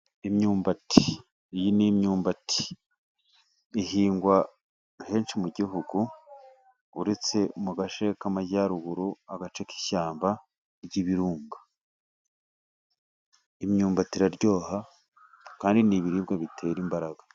Imyumbati iyi ni imyumbati ihingwa henshi mu gihugu, uretse mu gace k'amajyaruguru agave k' ishyamba ry'ibirunga, imyumbati iraryoha kandi ni ibiribwa bitera imbaraga.